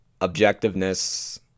objectiveness